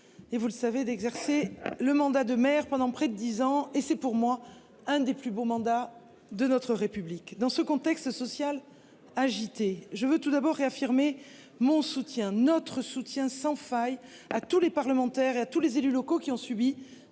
et vous le savez d'exercer le mandat de maire pendant près de 10 ans et c'est pour moi un des plus beaux mandats de notre République. Dans ce contexte social agité je veux tout d'abord réaffirmer mon soutien notre soutien sans faille à tous les parlementaires et à tous les élus locaux qui ont subi